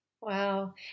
Wow